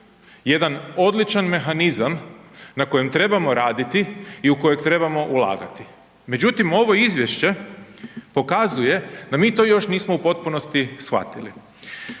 jedan odličan mehanizam na kojem trebamo raditi i u kojeg trebamo ulagati međutim ovo izvješće pokazuje da mi to još nismo u potpunost shvatili.